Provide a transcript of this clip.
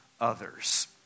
others